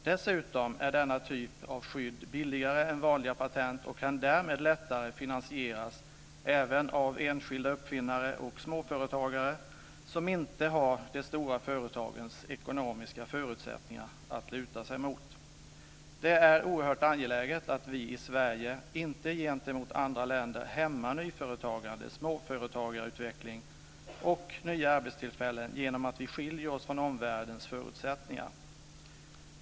Dessutom är denna typ av skydd billigare än vanliga patent och kan därmed lättare finansieras även av enskilda uppfinnare och småföretagare som inte har samma ekonomiska förutsättningar som de stora företagen. Det är oerhört angeläget att vi i Sverige inte gentemot andra länder hämmar nyföretagande, småföretagsutveckling och nya arbetstillfällen genom att skilja oss från omvärldens förutsättningar.